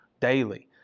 daily